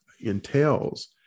entails